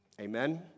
Amen